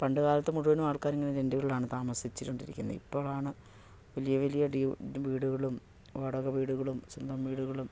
പണ്ട് കാലത്ത് മുഴുവൻ ആൾക്കാർ ഇങ്ങനെ ടെൻ്റുകളിലാണ് താമസിച്ചിരുന്നത് കൊണ്ടിരിക്കുന്ന ഇപ്പോഴാണ് വലിയ വലിയ വീടുകളും വാടക വീടുകളും സ്വന്തം വീടുകളും